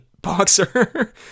boxer